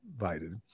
invited